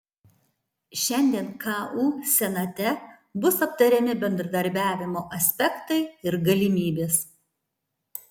šiandien ku senate bus aptariami bendradarbiavimo aspektai ir galimybės